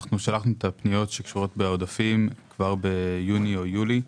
שלחנו את הפניות שקשורות בעודפים כבר ביוני או יולי.